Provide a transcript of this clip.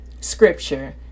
scripture